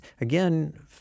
again